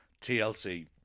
TLC